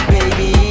Baby